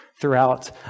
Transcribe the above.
throughout